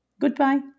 Goodbye